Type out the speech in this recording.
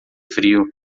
frio